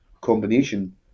combination